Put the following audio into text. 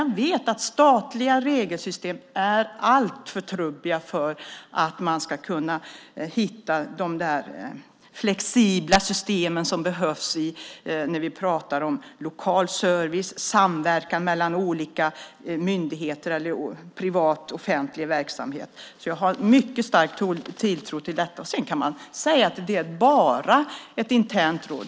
Jag vet att statliga regelsystem är alltför trubbiga för att man ska kunna hitta de flexibla system som behövs när vi pratar om lokal service, samverkan mellan olika myndigheter och privat och offentlig verksamhet. Jag har alltså en mycket stark tilltro till detta. Sedan kan man säga att det "bara" är ett internt råd.